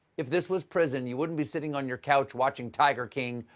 if this was prison, you wouldn't be sitting on your couch watching tiger king,